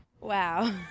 Wow